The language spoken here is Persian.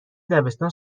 دبستان